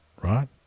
right